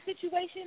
situation